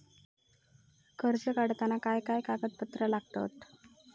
कर्ज काढताना काय काय कागदपत्रा लागतत?